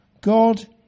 God